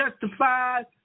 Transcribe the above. justified